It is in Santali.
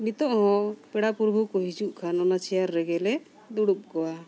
ᱱᱤᱛᱳᱜ ᱦᱚᱸ ᱯᱮᱲᱟ ᱯᱨᱚᱵᱷᱩ ᱠᱚ ᱦᱤᱡᱩᱜ ᱠᱷᱟᱱ ᱚᱱᱟ ᱪᱮᱭᱟᱨ ᱨᱮᱜᱮᱞᱮ ᱫᱩᱲᱩᱵ ᱠᱚᱣᱟ